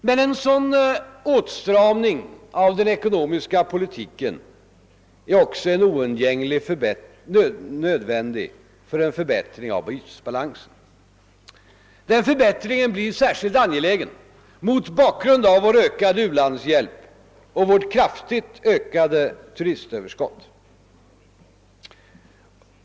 Men en sådan åtstramning av den ekonomiska politiken är också oundgängligen nödvändig för en förbättring av vår bytesbalans. Den förbättringen blir särskilt angelägen mot bakgrunden av vår ökade u-landhjälp och vårt kraftigt ökade turistunderskott.